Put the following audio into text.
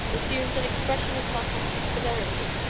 assumed an expression of sarcastic severity.